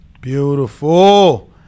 Beautiful